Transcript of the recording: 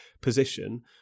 position